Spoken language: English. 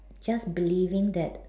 just believing that